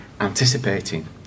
anticipating